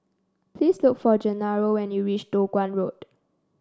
please look for Gennaro when you reach Toh Guan Road